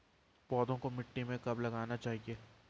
पौधों को मिट्टी में कब लगाना चाहिए?